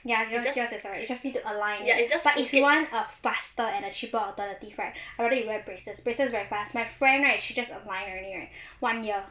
ya you just no need you just need to align ya it's just like if you want a faster at a cheaper alternative right or rather you wear braces braces very fast my friend right she just align only right one year